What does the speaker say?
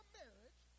marriage